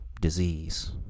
Disease